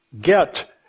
get